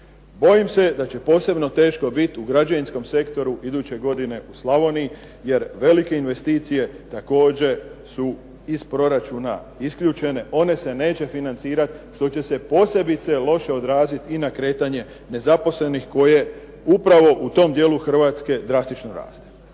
Bojim se da će posebno teško biti u građevinskom sektoru iduće godine u Slavonije, jer velike investicije također su iz proračuna isključene. One se neće financirati, što će se posebice loše odraziti i na kretanje nezaposlenih koje upravo u tom dijelu Hrvatske drastično raste.